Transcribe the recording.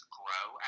grow